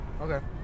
okay